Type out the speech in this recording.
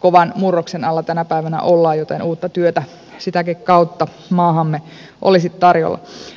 kovan murroksen alla tänä päivänä ollaan joten uutta työtä sitäkin kautta maahamme olisi tarjolla